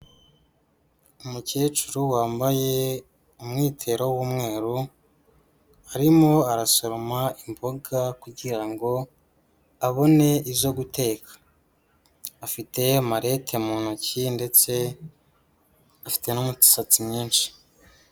Umukecuru wambaye umwitero w'umweru arimo arasoroma imboga kugira ngo abone izo guteka, afite malete mu ntoki ndetse afite n'umusatsi mwinshi.